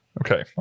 Okay